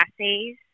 assays